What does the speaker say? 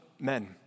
men